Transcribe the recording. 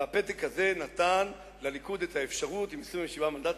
והפתק הזה נתן לליכוד את האפשרות עם 27 מנדטים,